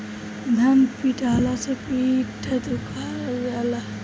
धान पिटाला से पीठ दुखा जाला